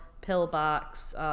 pillbox